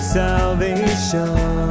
salvation